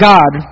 God